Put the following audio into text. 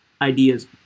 Ideas